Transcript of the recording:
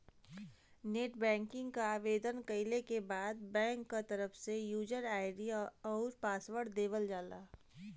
net banking क आवेदन कइले के बाद बैंक क तरफ से यूजर आई.डी आउर पासवर्ड देवल जाला